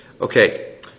Okay